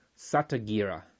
Satagira